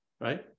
right